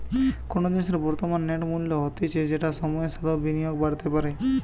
কোনো জিনিসের বর্তমান নেট মূল্য হতিছে যেটা সময়ের সাথেও বিনিয়োগে বাড়তে পারে